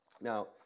Now